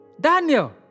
Daniel